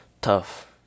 Tough